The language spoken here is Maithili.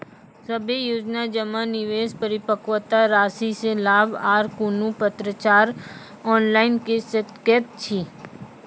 सभे योजना जमा, निवेश, परिपक्वता रासि के लाभ आर कुनू पत्राचार ऑनलाइन के सकैत छी?